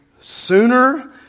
sooner